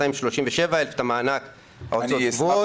237,000 את מענק ההוצאות הקבועות.